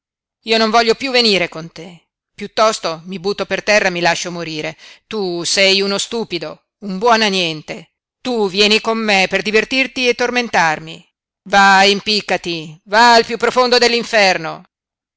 io non voglio piú venire con te piuttosto mi butto per terra e mi lascio morire tu sei uno stupido un buono a niente tu vieni con me per divertirti e tormentarmi va e impiccati va al piú profondo